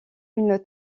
une